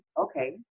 okay